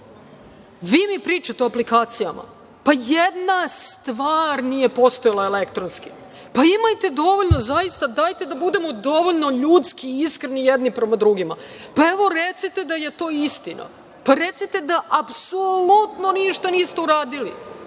mi pričate o aplikacijama, pa jedna stvar nije postojala elektronski. Pa imajte dovoljno, zaista, dajte da budemo dovoljno ljudski iskreni jedni prema drugima. Pa, evo recite da je to istina. Pa recite da apsolutno ništa niste uradili.